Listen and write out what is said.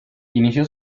inició